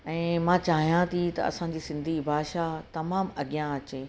ऐं मां चाहियां थी त असांजी सिंधी भाषा तमामु अॻियां अचे